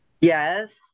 Yes